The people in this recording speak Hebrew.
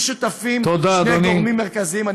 היו שותפים שני גורמים מרכזיים, תודה, אדוני.